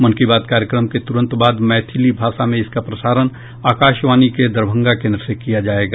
मन की बात कार्यक्रम के तुरंत बाद मैथिली भाषा में इसका प्रसारण आकाशवाणी के दरभंगा केन्द्र से किया जायेगा